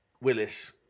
Willis